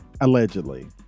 allegedly